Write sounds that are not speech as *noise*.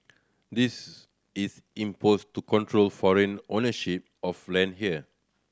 this *unintelligible* is imposed to control foreign ownership of land here